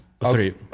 sorry